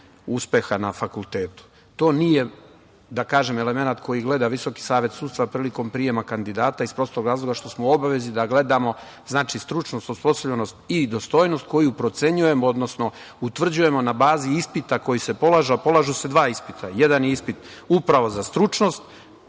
uspeha na fakultetu. To nije, da kažem, element koji gleda Visoki savet sudstva prilikom prijema kandidata iz prostog razloga što smo u obavezi da gledamo stručnost, osposobljenost i dostojnost koju procenjujemo, odnosno utvrđujemo na bazi ispita koji se polaže, a polažu se dva ispita. Jedan ispit upravo za stručnost.